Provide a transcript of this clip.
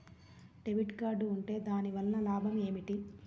Debit card ఉంటే దాని వలన లాభం ఏమిటీ?